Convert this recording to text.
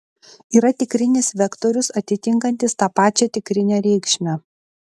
yra tikrinis vektorius atitinkantis tą pačią tikrinę reikšmę